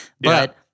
but-